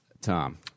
Tom